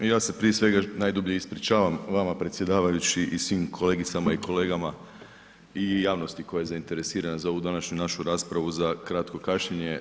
Ja se prije svega najdublje ispričavam vama predsjedavajući i svim kolegicama i kolegama i javnosti koja je zainteresirana za ovu današnju našu raspravu za kratko kašnjenje.